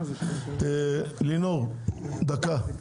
לינור, דקה.